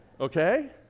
Okay